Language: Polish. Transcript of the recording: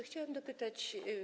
Chciałam dopytać.